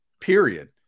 period